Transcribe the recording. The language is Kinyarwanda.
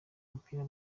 umupira